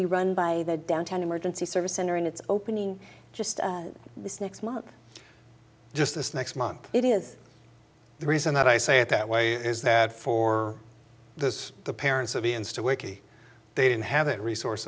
be run by the downtown emergency service center and it's opening just this next month just this next month it is the reason that i say it that way is that for this the parents of the ins to wiki they didn't have that resource